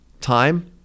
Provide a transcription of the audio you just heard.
Time